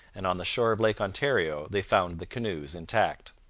and on the shore of lake ontario they found the canoes intact.